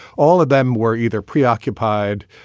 all of them were either preoccupied,